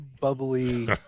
bubbly